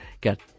get